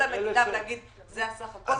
להגיד למדינה זה סך הכול?